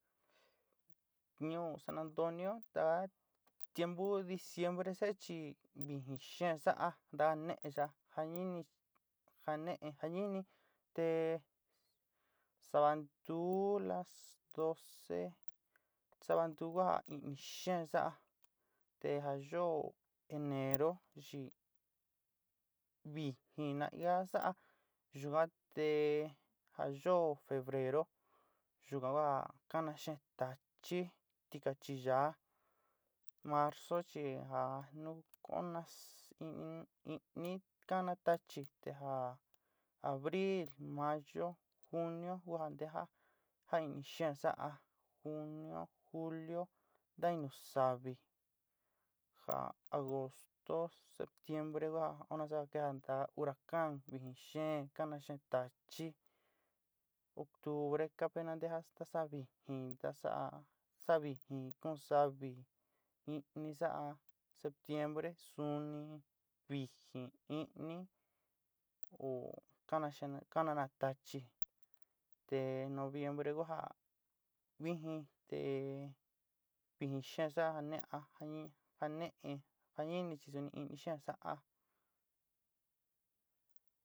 Ñuú san antonio ntaá tiempu diciembre saa chi vijin xeen saá a nta ne'e ya ja nini, ja ne'e ja ni'ni te sava ntú las docé sava ntú kua itní xeen sa'a, te ja yóo enero chi vijin naía sa'a yuan te ja yóo febrero yuka ka kana xeen tachí, tikachi yaá, marzo chi ja nu kuna itni kana tachi te ja abril mayo junio ku ja ntejá ja itni xeen sa'a junio julio tain nu sávi, ja agosto. setiembre kuja oó nasa kejaá ntaá huracán vijin xeen. kana xeen tachí, octubre kapena nteja sa'a vijín in nta sa'a sa'a vijin kuún savi nitní sa'a septiembre suni vijin. nitni kó kana xeen kananá tachí te noviembre ku já vijin te vijin xeen sa'a ja ne'e a ja ne'e ja nini chi suni vijin xeen sa'a.